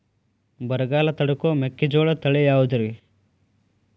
ಬರಗಾಲ ತಡಕೋ ಮೆಕ್ಕಿಜೋಳ ತಳಿಯಾವುದ್ರೇ?